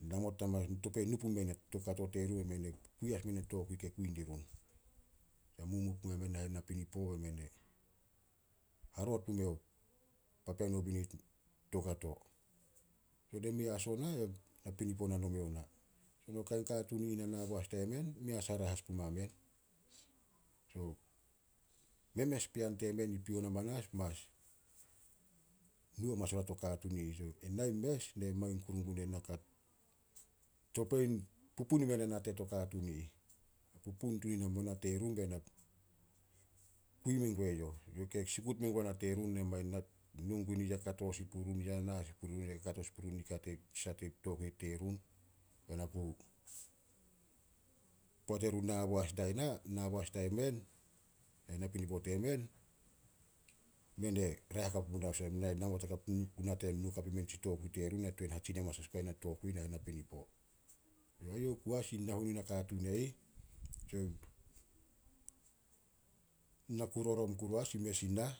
topei nu pumen tuokato terun be mene kui as men in tokui ke kui dirun. A mumuo pumen napinipo be men haroot mumeh papean o binit toukato. Son e mei as ona, napinipo na nome ona. Son o kain katuun i ih nabo dia men, mei asah na raeh puma men. Memes pean temen i pion amanas mas nu amanas oria to katuun i ih. So enai mes na mangin kuru gun ena ka topei pupun imeh na nate to katuun i ih. Pupun tun ina muna nate run be na kui mengue youh. Youh ke sikut men guana terun nu gun ya kato sin purun, ya na sin purun, ya kato sin purun tokui terun. Poat erun nabo as daina, nabo as daimen, nahen napinipo temen, mene raeh hakap omunah olsem o nate nu hakap, na tuan hatsin amanas as guai na tokui nahen napinipo. Eyouh oku as nahuenu nakatuun e ih, na ku rorom kuru as in mes i nah.